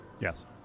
yes